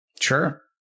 Sure